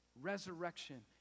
resurrection